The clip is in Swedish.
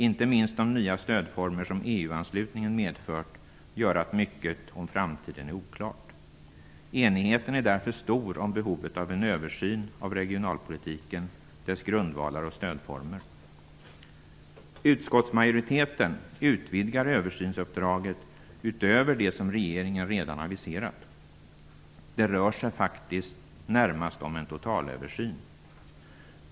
Inte minst de nya stödformer som EU-anslutningen har medfört gör att mycket om framtiden är oklart. Enigheten är därför stor om behovet av en översyn av regionalpolitiken, dess grundvalar och stödformer. Utskottsmajoriteten utvidgar översynsuppdraget utöver det som regeringen redan har aviserat. Det rör sig faktiskt närmast om en totalöversyn.